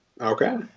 Okay